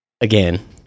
again